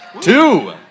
two